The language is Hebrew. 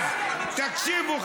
תקשיבו,